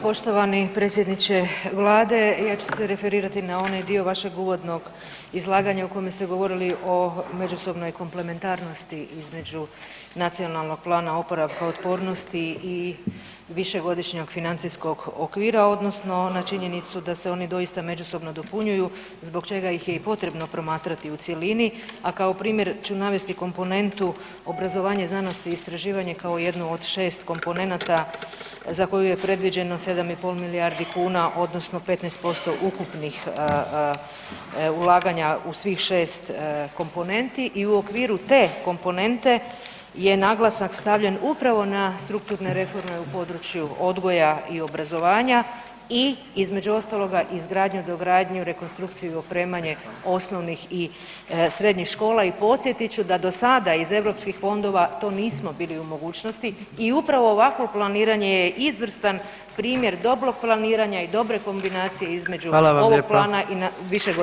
Poštovani predsjedniče Vlade ja ću se referirati na onaj dio vašeg uvodnog izlaganja u kome ste govorili o međusobnoj komplementarnosti između Nacionalnog plana oporavka i otpornosti i Višegodišnjeg financijskog okvira, odnosno na činjenicu da se oni doista dopunjuju zbog čega ih je i potrebno promatrati u cjelini, a kao primjer ću navesti komponentu Obrazovanje, znanost i istraživanje kao jednu od 6 komponenata za koju je predviđeno 7,5 milijardi kuna, odnosno 15% ukupnih ulaganja u svih 6 komponenti i u okviru te komponente je naglasak stavljen upravo na strukturne reforme u području odgoja i obrazovanja i između ostaloga, izgradnju, dogradnju, rekonstrukciju i opremanje osnovnih i srednjih škola i podsjetit ću, da do sada iz EU fondova to nismo bili u mogućnosti i upravo ovakvo planiranje je izvrstan primjer dobrog planiranja i dobre kombinacije između [[Upadica: Hvala vam lijepa.]] ovog Plana i Višegodišnjeg financijskog okvira.